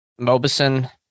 Mobison